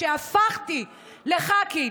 כשהפכתי לח"כית,